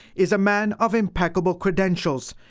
is a man of impeccable credentials.